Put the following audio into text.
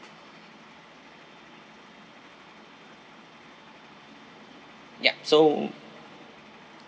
ya so